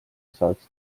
saaks